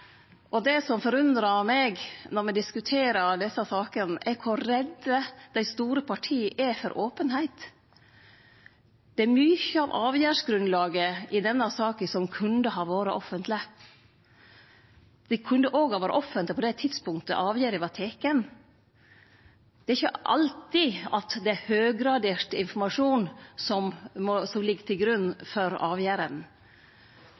debatt. Det som forundrar meg når me diskuterer desse sakene, er kor redde dei store partia er for openheit. Det er mykje av avgjerdsgrunnlaget i denne saka som kunne ha vore offentleg. Det kunne òg ha vore offentleg på det tidspunktet avgjerda vart teken. Det er ikkje alltid at det er høggradert informasjon som ligg til